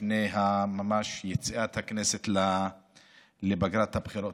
ממש לפני יציאת הכנסת לפגרת הבחירות.